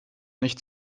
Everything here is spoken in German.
nicht